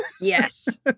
Yes